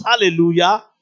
Hallelujah